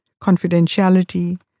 confidentiality